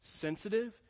sensitive